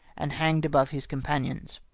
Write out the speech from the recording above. and hanged above his companions.